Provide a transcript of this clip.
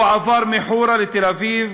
הוא עבר מחורה לתל-אביב